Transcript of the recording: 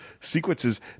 sequences